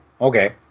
okay